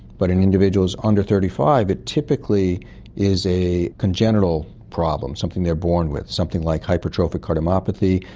but in individuals under thirty five it typically is a congenital problem, something they're born with, something like hypertrophic cardiomyopathy,